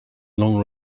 long